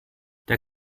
der